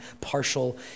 partial